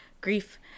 grief